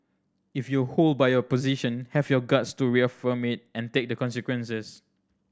if you hold by your position have your guts to reaffirm it and take the consequences